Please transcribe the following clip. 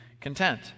content